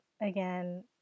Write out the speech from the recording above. again